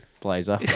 blazer